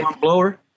blower